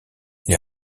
les